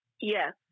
Yes